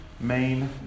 main